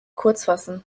kurzfassen